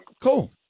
Cool